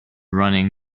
running